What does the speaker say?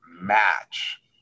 match